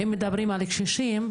אם מדברים על קשישים,